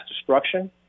destruction